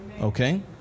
Okay